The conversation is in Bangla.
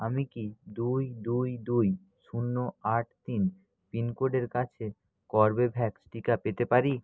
আমি কি দুই দুই দুই শূন্য আট তিন পিনকোডের কাছে কর্বেভ্যাক্স টিকা পেতে পারি